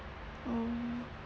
um